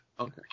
Okay